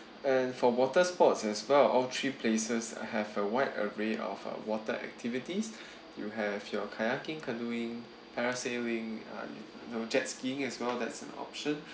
and for water sports as well all three places have a wide array of uh water activities you have your kayaking canoeing parasailing uh you know jet skiing as well that's an option